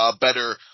better